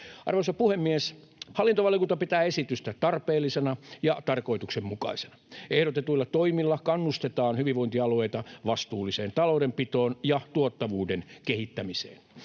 Arvoisa puhemies! Hallintovaliokunta pitää esitystä tarpeellisena ja tarkoituksenmukaisena. Ehdotetuilla toimilla kannustetaan hyvinvointialueita vastuulliseen taloudenpitoon ja tuottavuuden kehittämiseen.